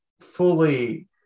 fully